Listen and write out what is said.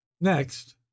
next